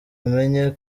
amenye